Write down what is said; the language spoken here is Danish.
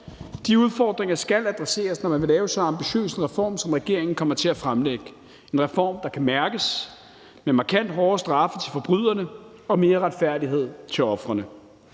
De udfordringer skal adresseres, når man vil lave så ambitiøs en reform, som regeringen kommer til at fremlægge – en reform, der kan mærkes, med markant hårdere straffe til forbryderne og mere retfærdighed for ofrene.